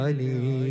Ali